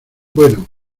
bueno